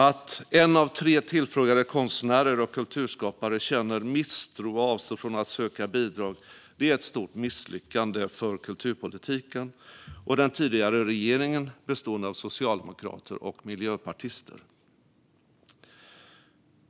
Att en av tre tillfrågade konstnärer och kulturskapare känner misstro och avstår från att söka bidrag är ett stort misslyckande för kulturpolitiken och den tidigare regeringen, bestående av socialdemokrater och miljöpartister.